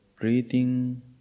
breathing